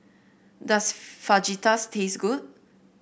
does Fajitas taste good